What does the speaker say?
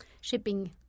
shipping –